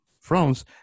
France